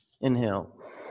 Inhale